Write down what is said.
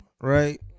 right